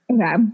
okay